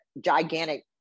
gigantic